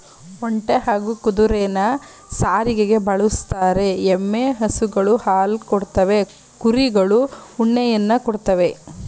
ಒಂಟೆ ಹಾಗೂ ಕುದುರೆನ ಸಾರಿಗೆಗೆ ಬಳುಸ್ತರೆ, ಎಮ್ಮೆ ಹಸುಗಳು ಹಾಲ್ ಕೊಡ್ತವೆ ಕುರಿಗಳು ಉಣ್ಣೆಯನ್ನ ಕೊಡ್ತವೇ